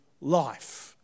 life